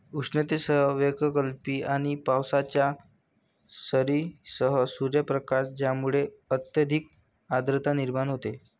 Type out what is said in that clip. उष्णतेसह वैकल्पिक आणि पावसाच्या सरींसह सूर्यप्रकाश ज्यामुळे अत्यधिक आर्द्रता निर्माण होते